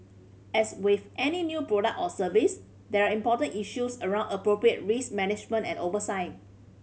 as with any new product or service there are important issues around appropriate risk management and oversight